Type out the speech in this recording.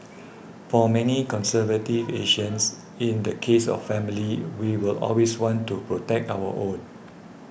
for many conservative Asians in the case of family we will always want to protect our own